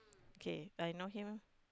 K I know him